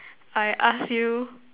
I ask you